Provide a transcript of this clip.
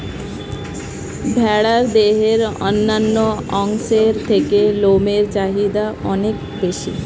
ভেড়ার দেহের অন্যান্য অংশের থেকে লোমের চাহিদা অনেক বেশি